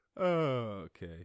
Okay